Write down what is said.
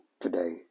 today